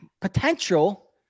Potential